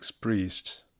priests